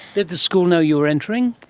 did the school know you were entering?